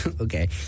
okay